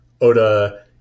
Oda